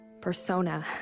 persona